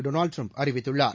Donald Trump அறிவித்துள்ளார்